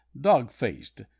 dog-faced